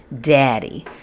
daddy